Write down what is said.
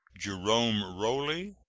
jerome rowley,